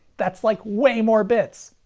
that's like way more bits!